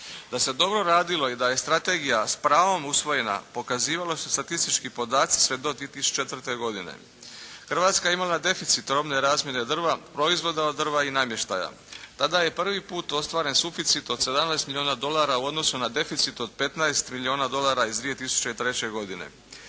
Da se dobro radilo i da je strategija s pravom usvojena, pokazivali su statistički podaci sve do 2004. godine. Hrvatska je imala deficit robne razmjene drva, proizvoda od drva i namještaja. Tada je prvi put ostvaren suficit od 17 milijuna dolara u odnosu na deficit od 15 milijuna dolara iz 2003. godine.